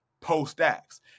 post-Acts